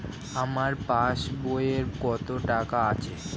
আমার পাস বইয়ে কত টাকা আছে?